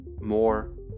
more